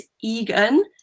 Egan